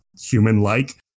human-like